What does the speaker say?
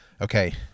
okay